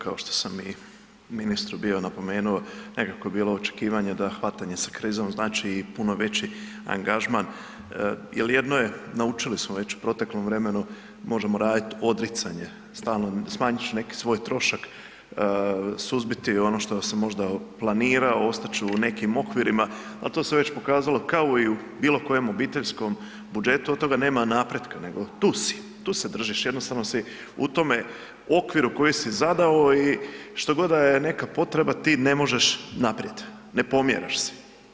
Kao što sam i ministru bio napomenuo, nekako je bilo očekivanje da hvatanje sa krizom znači i puno veći angažman, jel jedno je, naučili smo već u proteklom vremenu, možemo radit odricanje stalno, smanjit ću neki svoj trošak, suzbiti ono što sam možda planirao, ostat ću u nekim okvirima, al to se već pokazalo kao i u bilo kojem obiteljskom budžetu, od toga nema napretka nego tu si, tu se držiš, jednostavno si u tome okviru koji si zadao i što god da je neka potreba ti ne možeš naprijed, ne pomjeraš se.